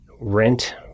rent